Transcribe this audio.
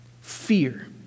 Fear